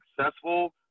successful